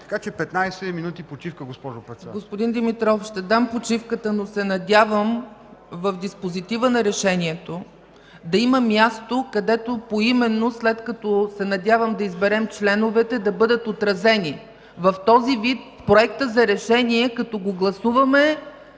Моля за 15 минути почивка, госпожо Председател.